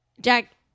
Jack